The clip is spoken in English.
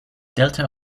delta